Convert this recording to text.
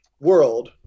world